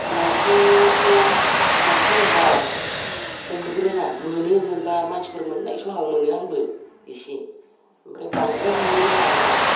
नाखौथ' नाखौ आं बारा हमनोबो रोङा मोनो मोनबा मानसिफोर मोननाय समाव मोनो आंबो एसे ओमफ्राय बांद्राय हमनो रोङा आरो आङो